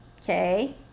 okay